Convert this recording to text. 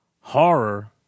horror